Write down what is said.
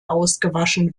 ausgewaschen